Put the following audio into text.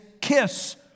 kiss